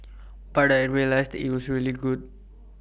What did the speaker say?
but I realised IT was really good